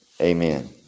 amen